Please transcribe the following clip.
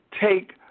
take